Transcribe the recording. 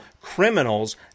criminals